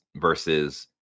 versus